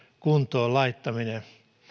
kuntoon laittaminen